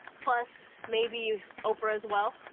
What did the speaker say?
plus, maybe oprah, as well.